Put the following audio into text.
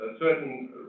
certain